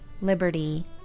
liberty